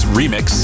remix